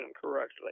correctly